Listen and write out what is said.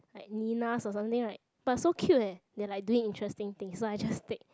like mynahs or something right but so cute leh they like doing interesting things so I just take